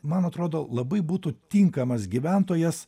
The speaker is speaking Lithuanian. man atrodo labai būtų tinkamas gyventojas